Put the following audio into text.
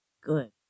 good